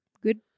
good